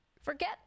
Forget